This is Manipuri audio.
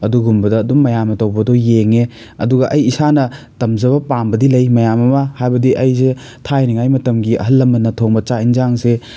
ꯑꯗꯨꯒꯨꯝꯕꯗ ꯑꯗꯨꯝ ꯃꯌꯥꯝꯅ ꯇꯧꯕꯗꯣ ꯌꯦꯡꯉꯦ ꯑꯗꯨꯒ ꯑꯩ ꯏꯁꯥꯅ ꯇꯝꯖꯕ ꯄꯥꯝꯕꯗꯤ ꯂꯩ ꯃꯌꯥꯝ ꯑꯃ ꯍꯥꯏꯕꯗꯤ ꯑꯩꯁꯦ ꯊꯥꯏꯅꯉꯩ ꯃꯇꯝꯒꯤ ꯑꯍꯜ ꯂꯃꯟꯅ ꯊꯣꯡꯕ ꯆꯥꯛ ꯍꯤꯟꯖꯥꯡꯁꯦ